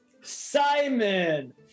Simon